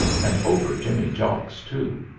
and over jimmy jocks, too,